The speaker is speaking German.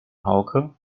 hauke